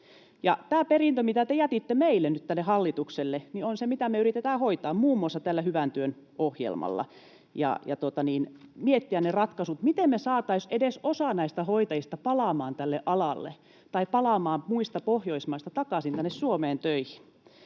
tämä perintö, mitä te jätitte nyt meille, tälle hallitukselle, on se, mitä me yritetään hoitaa muun muassa tällä hyvän työn ohjelmalla ja miettiä ne ratkaisut, miten me saataisiin edes osa näistä hoitajista palaamaan tälle alalle tai palaamaan muista Pohjoismaista takaisin tänne Suomeen töihin.